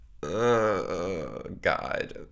god